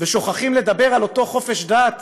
שוכחים לדבר על אותו חופש דת,